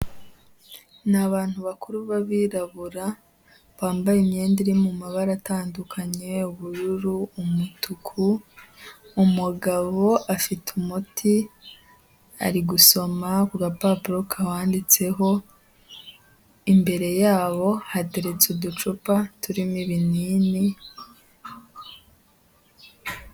Ni abantu bakuru b'abirabura, bambaye imyenda iri mu mabara atandukanye: ubururu, umutuku, umugabo afite umuti ari gusoma ku gapapuro kawanditseho imbere yabo hateretse uducupa turimo ibinini.